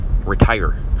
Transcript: retire